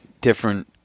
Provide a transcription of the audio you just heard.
different